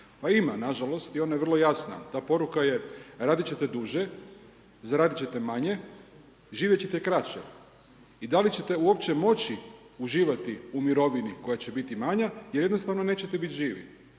pa ima nažalost i ona je vrlo jasna. Ta poruka je radit ćete duže, zaradit ćete manje, živjet ćete kraće i da li ćete uopće moću uživati u mirovini koja će biti manja jer jednostavno nećete bit živi.